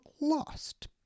lost